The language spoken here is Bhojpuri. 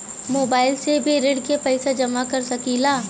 मोबाइल से भी ऋण के पैसा जमा कर सकी ला?